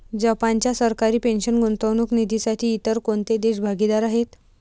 जपानच्या सरकारी पेन्शन गुंतवणूक निधीसाठी इतर कोणते देश भागीदार आहेत?